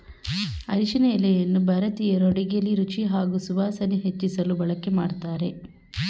ಅರಿಶಿನ ಎಲೆಯನ್ನು ಭಾರತೀಯರು ಅಡುಗೆಲಿ ರುಚಿ ಹಾಗೂ ಸುವಾಸನೆ ಹೆಚ್ಚಿಸಲು ಬಳಕೆ ಮಾಡ್ತಾರೆ